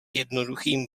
jednoduchým